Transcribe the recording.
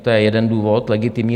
To je jeden důvod legitimní.